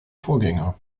vorgänger